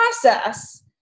process